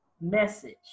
message